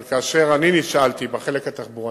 אבל כאשר אני נשאלתי על החלק התחבורתי,